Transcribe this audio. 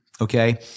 okay